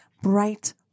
bright